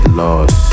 lost